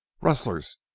rustlers